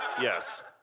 Yes